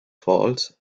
falls